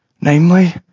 Namely